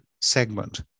segment